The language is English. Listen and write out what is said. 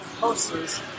posters